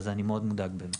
אז אני מאוד מודאג באמת.